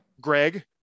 Greg –